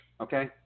okay